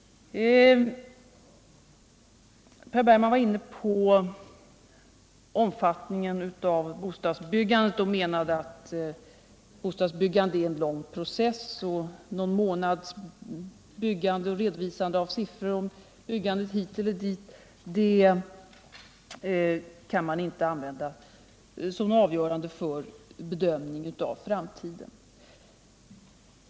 Per Bergman var inne på frågan om omfattningen av bostadsbyggandet och menade att det är en lång process, och en redovisning av siffror över någon månads byggande kan inte vara avgörande för en bedömning av framtiden.